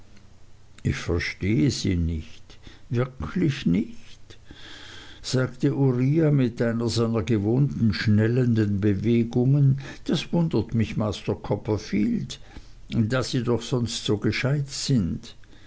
ich verstehe sie nicht wirklich nicht sagte uriah mit einer seiner gewohnten schnellenden bewegungen das wundert mich master copperfield da sie doch sonst so gescheit sind